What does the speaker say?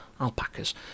alpacas